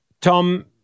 Tom